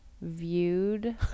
viewed